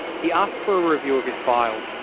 he asked for a review of his file.